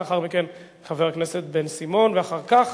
לאחר מכן, חבר הכנסת בן-סימון, ואחר כך